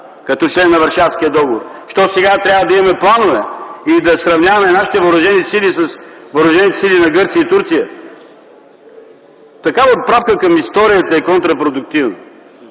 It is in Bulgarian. като член на Варшавския договор. Защо сега трябва да имаме планове или да сравняваме нашите въоръжени сили с въоръжените сили на Гърция и Турция? Такава отправка към историята е контрапродуктивна.